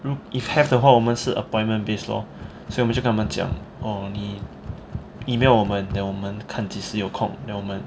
if have 的话我们是 appointment based lor 所以我就跟他们讲 oh 你 email 我们 then 我们看几时有空 then 我们